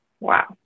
Wow